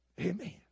Amen